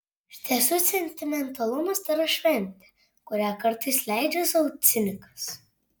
iš tiesų sentimentalumas tėra šventė kurią kartais leidžia sau cinikas